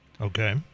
Okay